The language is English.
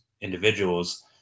individuals